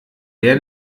der